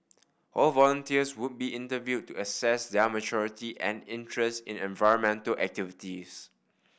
all volunteers would be interviewed to assess their maturity and interest in environmental activities